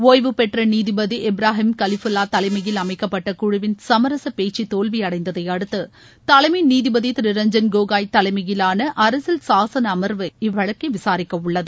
ஒய்வு பெற்ற நீதிபதி இப்ராஹிம் கலிபுல்லா தலைமையில் அமைக்கப்பட்ட குழுவின் சமரச பேச்சு தோல்வியடைந்ததை அடுத்து தலைமை நீதிபதி திரு ரஞ்சன் கோகாய் தலைமையிலான அரசியல் சாசன அமர்வு இவ்வழக்கை விசாரிக்க உள்ளது